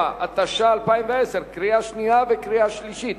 7), התש"ע 2010, קריאה שנייה וקריאה שלישית.